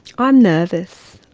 i'm nervous.